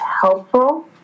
helpful